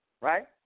Right